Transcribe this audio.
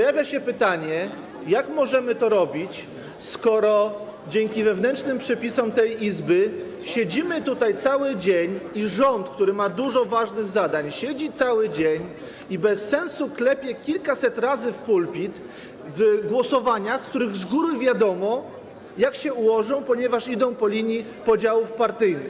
Nasuwa się pytanie, jak możemy to robić, skoro dzięki wewnętrznym przepisom tej Izby siedzimy tutaj cały dzień i rząd, który ma dużo ważnych zadań, siedzi cały dzień i bez sensu klepie kilkaset razy w pulpit w głosowaniach, w których z góry wiadomo, jak się one ułożą, ponieważ idą po linii podziałów partyjnych.